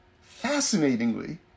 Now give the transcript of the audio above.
Fascinatingly